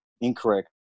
incorrect